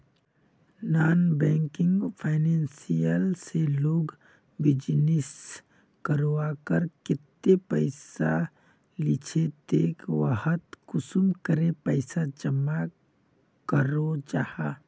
Non banking financial से लोग business करवार केते पैसा लिझे ते वहात कुंसम करे पैसा जमा करो जाहा?